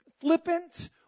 flippant